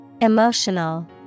Emotional